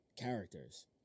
characters